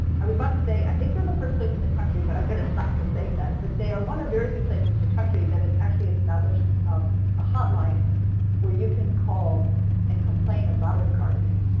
was about to say i think they're the first place in the country, but i'm going to stop from saying that, but they are one of very few places in the country that has actually established um a hotline where you can call and complain about a guardian.